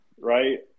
right